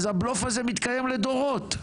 אז הבלוף הזה מתקיים לדורות.